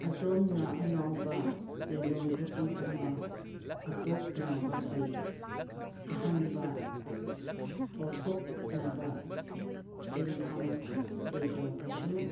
ꯑꯗꯣꯝꯅ ꯑꯅꯧꯕ ꯂꯂꯣꯟ ꯏꯇꯤꯛ ꯑꯃ ꯍꯧꯗꯣꯛꯅꯕꯒꯤ ꯑꯍꯥꯟꯕ ꯄꯨꯊꯣꯛꯅꯕ ꯁꯦꯟꯐꯝ ꯂꯩꯇ꯭ꯔꯕꯁꯨ